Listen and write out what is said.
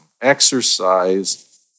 Exercise